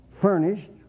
furnished